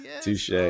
Touche